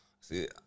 see